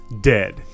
Dead